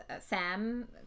Sam